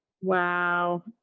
Wow